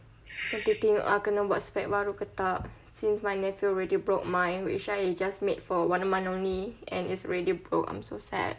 aku tengok ah kena buat specs baru ke tak since my nephew already broke mine which I just made for one month only and it's already broke I'm so sad